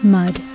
mud